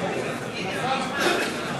סיעת קדימה